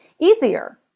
easier